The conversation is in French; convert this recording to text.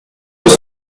deux